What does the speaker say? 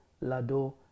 lado